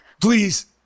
Please